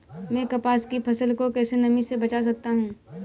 मैं कपास की फसल को कैसे नमी से बचा सकता हूँ?